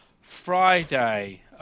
Friday